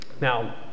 Now